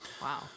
wow